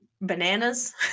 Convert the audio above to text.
bananas